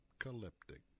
Apocalyptic